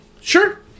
Sure